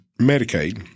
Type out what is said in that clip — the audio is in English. Medicaid